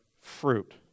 fruit